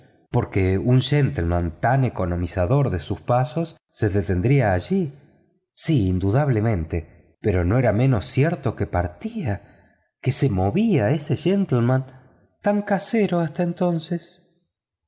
porque un gentleman tan economizador de sus pasos se detendría allí sí indudablemente pero no era menos cierto que partía que se movía ese gentleman tan casero hasta entonces